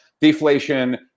Deflation